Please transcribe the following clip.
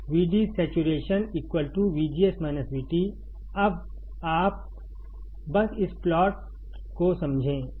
आप समझ सकते हैं V D saturation VGS VT आप बस इस प्लॉट को समझें